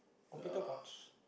computer parts